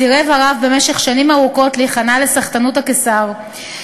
סירב הרב במשך שנים ארוכות להיכנע לסחטנות הקיסר,